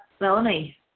Melanie